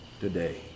today